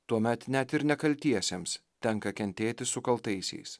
tuomet net ir nekaltiesiems tenka kentėti su kaltaisiais